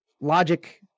logic